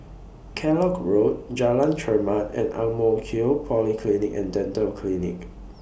Kellock Road Jalan Chermat and Ang Mo Kio Polyclinic and Dental Clinic